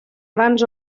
grans